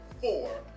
four